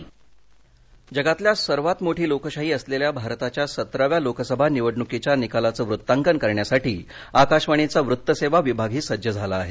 वत्त विभाग तयारी जगातल्या सर्वात मोठी लोकशाही असलेल्या भारताच्या सतराव्या लोकसभा निवडणुकीच्या निकालांचं वृत्तांकन करण्यासाठी आकाशवाणीचा वृत्त सेवा विभागाही सज्ज झाला आहे